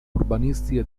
urbanistica